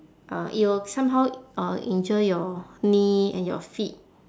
uh it will somehow uh injure your knee and your feet